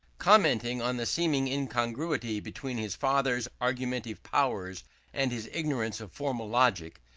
commenting on the seeming incongruity between his father's argumentative powers and his ignorance of formal logic,